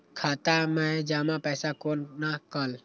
खाता मैं जमा पैसा कोना कल